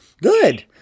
good